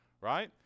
right